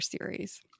series